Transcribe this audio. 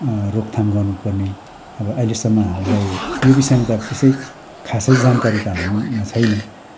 रोकथाम गर्नु पर्ने अब अहिलेसम्म हामीलाई यो विषयमा त अब त्यसै खासै जानकारी त हामीमा छैन